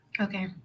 Okay